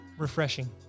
Refreshing